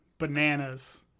bananas